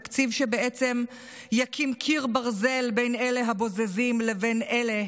תקציב שבעצם יקים קיר ברזל בין אלה הבוזזים לבין אלה